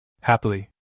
Happily